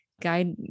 guide